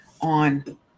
on